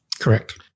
Correct